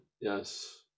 Yes